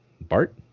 bart